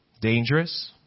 Dangerous